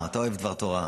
אתה אוהב דבר תורה,